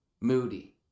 Moody